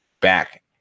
back